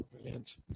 Brilliant